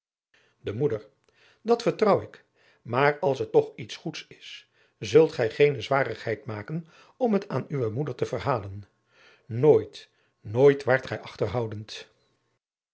de moeder dat vertrouw ik maar als het toch iets goeds is zult gij geene zwarigheid maken om het aan uwe moeder te verhalen nooit nooit waart gij achterhoudend